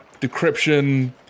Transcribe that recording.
decryption